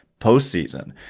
postseason